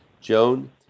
Joan